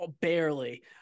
barely